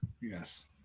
Yes